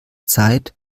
zeit